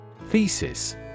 Thesis